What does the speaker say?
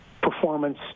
performance